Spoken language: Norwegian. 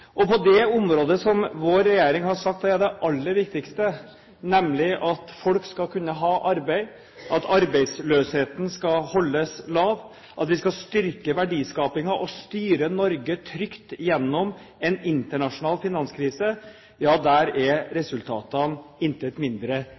Og på det området som vår regjering har sagt er det aller viktigste, nemlig at folk skal kunne ha arbeid, at arbeidsløsheten skal holdes lav, at vi skal styrke verdiskapingen og styre Norge trygt gjennom en internasjonal finanskrise – ja, der er